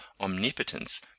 omnipotence